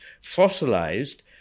fossilized